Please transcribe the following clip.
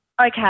Okay